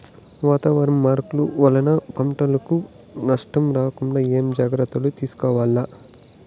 వాతావరణ మార్పులు వలన పంటలకు నష్టం రాకుండా ఏమేం జాగ్రత్తలు తీసుకోవల్ల?